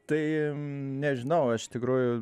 tai nežinau aš tikrųjų